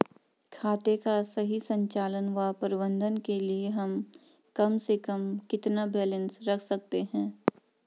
खाते का सही संचालन व प्रबंधन के लिए हम कम से कम कितना बैलेंस रख सकते हैं?